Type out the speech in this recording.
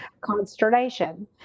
consternation